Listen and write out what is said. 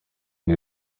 new